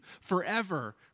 forever